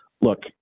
look